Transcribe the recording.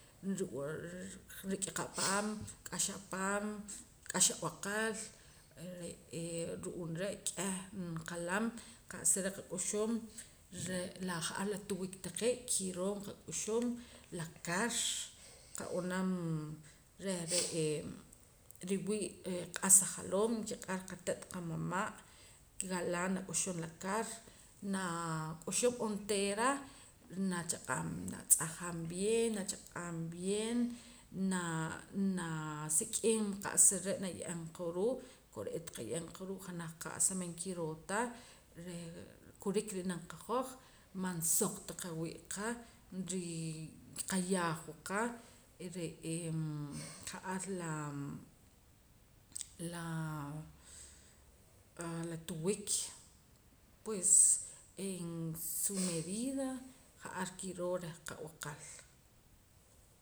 rik'a apaam k'axa apaam k'axa ab'aqel re'ee ru'uum re' k'eh nqalam qa'sa re' qak'uxum re' la ja'ar la tiwik taqee' kiroo qak'uxum la kar qab'anam reh re'ee riwii' q'as ajaloom nkiq'ar qate't qamama' galaan nak'uxum la kar naa k'uxum onteera nachaq'aam natz'ajam bien nachaq'aam bien naa nasik'im qa'sa re' naye'eem qaruu' kore'eet qaye'em qa janaj qa'sa man kiroo ta reh kurik ri'nam qahoj man soq ta qawii'qa nrii qayaajwa qa re'ee ja'ar la tiwik pues en su medida ja'ar kiroo reh qab'aqal